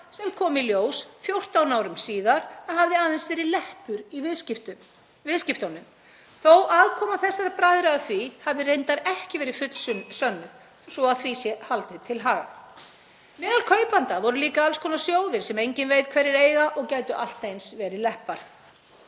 sem kom í ljós 14 árum síðar að hafði aðeins verið leppur í viðskiptunum, þótt aðkoma þessara bærðra að því hafi reyndar ekki verið fullsönnuð, svo að því sé haldið til haga. Meðal kaupenda voru líka alls konar sjóðir sem enginn veit hverjir eiga og gætu allt eins verið leppar.